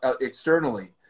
externally